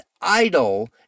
idle